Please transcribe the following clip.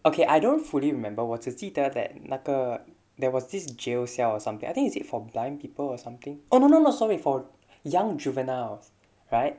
okay I don't fully remember 我只记得 that 那个 there was this jail cell or something I think is it for blind people or something oh no no sorry for young juveniles right